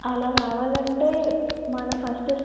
అలా రావాలంటే మనం ఫస్ట్